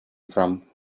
from